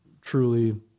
truly